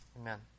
Amen